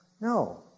No